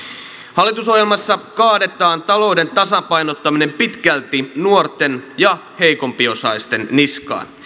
hallitusohjelmassa kaadetaan talouden tasapainottaminen pitkälti nuorten ja heikompiosaisten niskaan